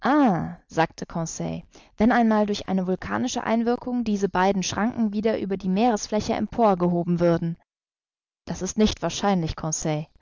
sagte conseil wenn einmal durch eine vulkanische einwirkung diese beiden schranken wieder über die meeresfläche empor gehoben würden das ist nicht wahrscheinlich